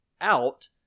out